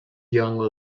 joango